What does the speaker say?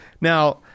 Now